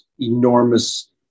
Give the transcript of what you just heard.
enormous